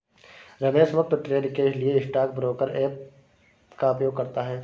रमेश मुफ्त ट्रेड के लिए स्टॉक ब्रोकर ऐप का उपयोग करता है